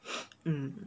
mm